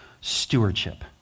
Stewardship